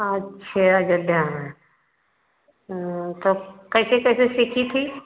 अच्छा अयोध्या में वो तब कैसे कैसे सीखी थी